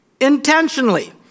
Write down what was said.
intentionally